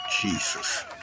Jesus